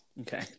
Okay